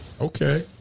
Okay